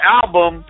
album